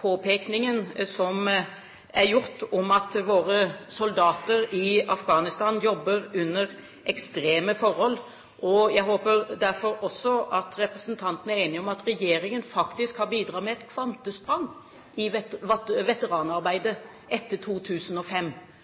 påpekningen som er gjort av at våre soldater i Afghanistan jobber under ekstreme forhold, og jeg håper derfor også at representanten er enig i at regjeringen faktisk har bidratt med et kvantesprang i veteranarbeidet etter 2005.